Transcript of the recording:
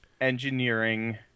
engineering